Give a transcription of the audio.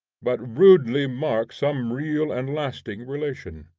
but rudely mark some real and lasting relation.